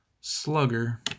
SLUGGER